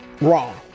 wrong